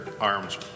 arms